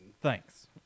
Thanks